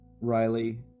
Riley